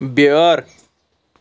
بیٲر